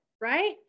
right